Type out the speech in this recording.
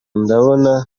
ndabona